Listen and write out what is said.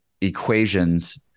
equations